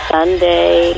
Sunday